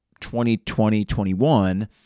2020-21